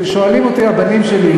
שואלים אותי הבנים שלי,